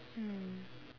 mm